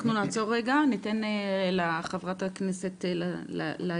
אנחנו נעצור רגע, ניתן לחברת הכנסת להגיב.